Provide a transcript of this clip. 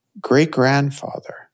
great-grandfather